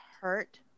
hurt